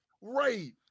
Right